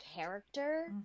character